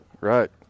Right